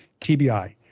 tbi